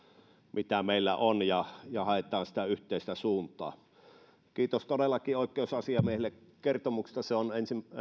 mitä meillä on ja ja haetaan yhteistä suuntaa kiitos todellakin oikeusasiamiehelle kertomuksesta se on